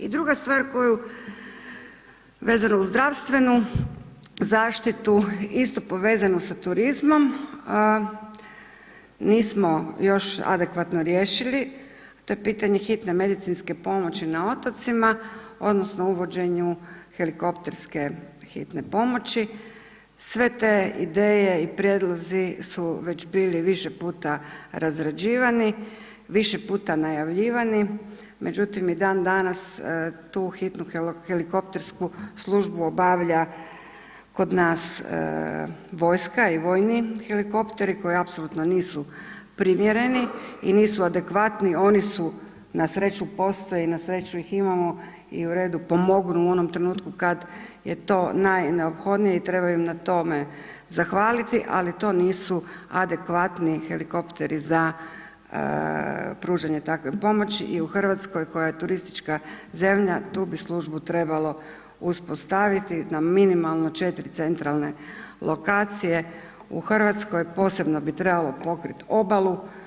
I druga stvar koju vezano uz zdravstvenu zaštitu isto povezano sa turizmom nismo još adekvatno riješili to je pitanje hitne medicinske pomoći na otocima odnosno uvođenju helikopterske hitne pomoći, sve te ideje i prijedlozi su bili više puta razrađivani, više puta najavljivani međutim i dan dana tu hitnu helikoptersku službu obavlja kod nas vojska i vojni helikopteri koji apsolutno nisu primjereni i nisu adekvatni oni su na sreću postoji, na sreću ih imamo i u redu pomognu u onom trenutku kad je to najneophodnije i treba im na tome zahvaliti ali to nisu adekvatni helikopteri za pružanje takve pomoći i u Hrvatskoj koja je turistička zemlja tu bi službu trebalo uspostaviti na minimalno 4 centralne lokacije u Hrvatskoj posebno bi trebalo pokrit obalu.